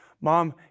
Mom